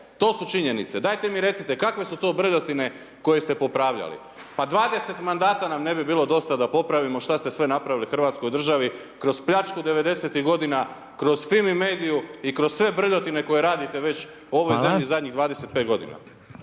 To su činjenice. Dajte mi recite, kakve su to brljotine koje ste popravljali? Pa 20 mandata nam ne bi bilo dosta da popravimo šta ste sve napravili hrvatskoj državi kroz pljačku 90-tih godina, kroz Fimi mediju i kroz sve brljotine koje radite već…/Upadica: